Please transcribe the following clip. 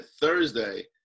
thursday